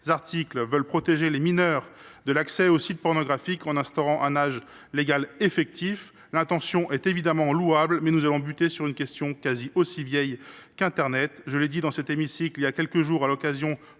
entendent protéger les mineurs de l’accès aux sites pornographiques en instaurant un âge légal effectif. L’intention est évidemment louable, mais nous allons buter sur une question quasi aussi vieille qu’internet. Comme je l’ai dit dans cet hémicycle il y a quelques jours, à l’occasion